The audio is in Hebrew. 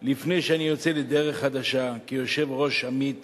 לפני שאני יוצא לדרך חדשה כיושב-ראש עמית